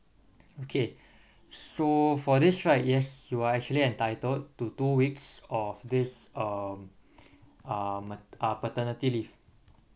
okay so for this right yes you are actually entitled to two weeks of this um uh ma~ uh paternity leave